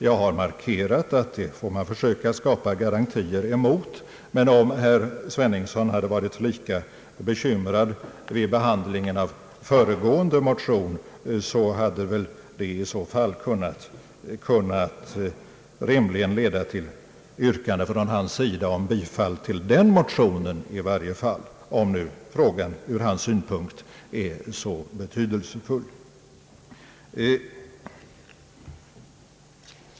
Jag har markerat att man får försöka skapa garantier emot det. Hade herr Sveningsson varit lika bekymrad över behandlingen av föregående motion, så hade väl det i så fall rimligen kunnat leda till ett yrkande av honom om bifall till den motionen — om nu frågan från hans synpunkt är så betydelsefull.